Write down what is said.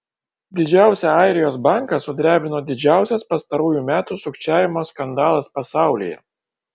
didžiausią airijos banką sudrebino didžiausias pastarųjų metų sukčiavimo skandalas pasaulyje